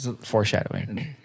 foreshadowing